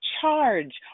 charge